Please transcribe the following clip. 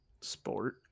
Sport